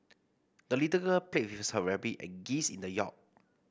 the little girl played with her rabbit and geese in the yard